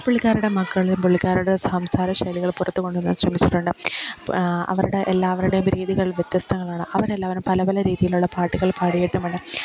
പുള്ളിക്കാരിയുടെ മക്കൾ പുള്ളിക്കാരിയുടെ സംസാര ശൈലികൾ പുറത്തു കൊണ്ടുവരാൻ ശ്രമിച്ചിട്ടുണ്ട് അവരുടെ എല്ലാവരുടെയും രീതികൾ വ്യത്യസ്തങ്ങളാണ് അവർ എല്ലാവരും പല പല രീതിയിലുള്ള പാട്ടുകൾ പാടിയിട്ടുമുണ്ട്